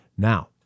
Now